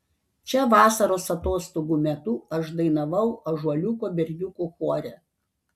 čia vasaros atostogų metu aš dainavau ąžuoliuko berniukų chore